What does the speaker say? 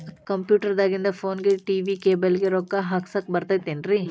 Computer ದಾಗಿಂದ್ ಫೋನ್ಗೆ, TV cable ಗೆ, ರೊಕ್ಕಾ ಹಾಕಸಾಕ್ ಬರತೈತೇನ್ರೇ?